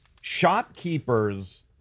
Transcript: shopkeepers